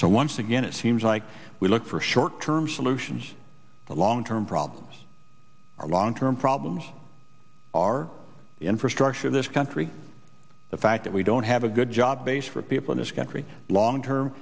so once again it seems like we look for short term solutions the long term problems our long term problems are the infrastructure of this country the fact that we don't have a good job base for people in this country long term